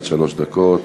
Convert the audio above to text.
דקות.